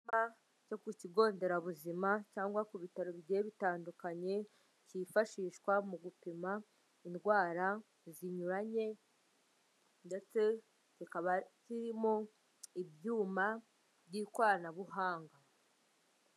Icyumba cyo ku kigo nderabuzima cyangwa ku bitaro bigiye bitandukanye, cyifashishwa mu gupima indwara zinyuranye ndetse kikaba kirimo ibyuma by'ikoranabuhanga.